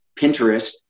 Pinterest